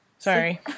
Sorry